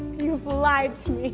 you've lied to me.